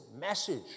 message